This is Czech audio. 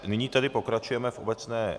Nyní tedy pokračujeme v obecné...